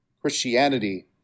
Christianity